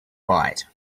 bite